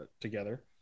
together